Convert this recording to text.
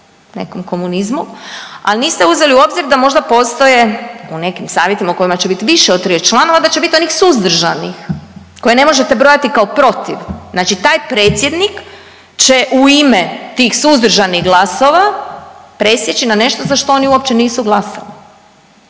nekom komunizmu. Ali niste uzeli u obzir da možda postoje u nekim savjetima u kojima će biti više od …/Govornica se ne razumije./… članova da će biti onih suzdržanih koje ne možete brojati kao protiv. Znači taj predsjednik će u ime tih suzdržanih glasova presjeći na nešto za što oni uopće nisu glasali.